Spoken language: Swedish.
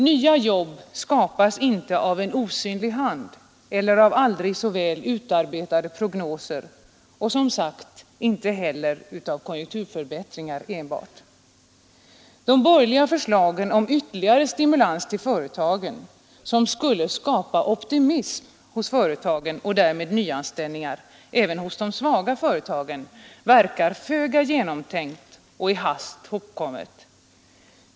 Nya jobb skapas inte av en osynlig hand eller av aldrig så väl utarbetade prognoser och — som sagt — heller inte enbart av konjunkturförbättringar. De borgerliga förslagen om en ytterligare stimulans till företagen, som skulle skapa optimism hos företagen och därmed nyanställningar även hos de svaga företagen, verkar föga genomtänkta och i hast hopkomna.